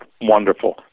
wonderful